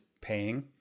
paying